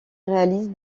réalise